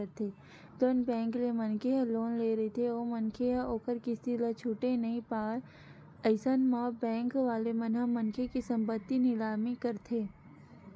जउन बेंक ले मनखे ह लोन ले रहिथे ओ मनखे ह ओखर किस्ती ल छूटे नइ पावय अइसन म बेंक वाले मन ह मनखे के संपत्ति निलामी करथे